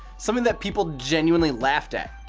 something that people genuinely laughed at.